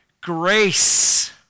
grace